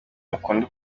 mukunda